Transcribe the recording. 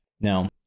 Now